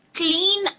clean